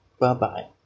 Bye-bye